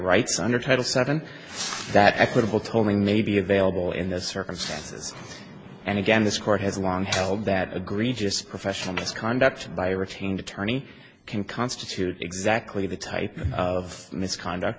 rights under title seven that equitable told me may be available in those circumstances and again this court has long held that agree just professional misconduct by retained attorney can constitute exactly the type of misconduct